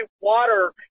water